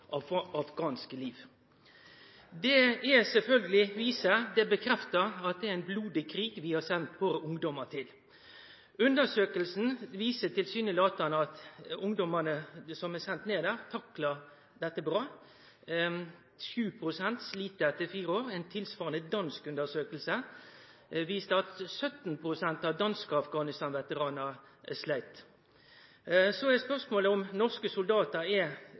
liv». Det det sjølvsagt viser, det det bekreftar, er at det er ein blodig krig vi har sendt våre ungdomar til. Undersøkinga viser tilsynelatande at dei ungdomane som er sende ned der, taklar dette bra. 7 pst. slit etter fire år. Ei tilsvarande dansk undersøking viste at 17 pst. av danske Afghanistan-veteranar sleit. Så er spørsmålet om norske soldatar er